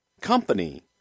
company